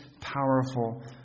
powerful